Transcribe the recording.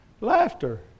Laughter